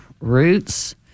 roots